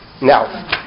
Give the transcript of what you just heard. Now